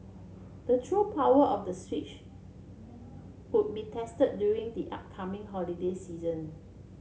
the true power of the Switch would be tested during the upcoming holiday season